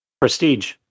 Prestige